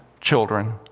children